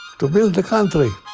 to build the country.